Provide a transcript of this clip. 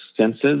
senses